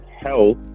health